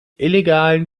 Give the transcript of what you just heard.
illegalen